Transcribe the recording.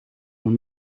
mijn